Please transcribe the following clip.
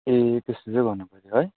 ए त्यस्तो चाहिँ गर्नुपर्छ है